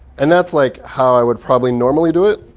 and that's like how i would probably normally do it.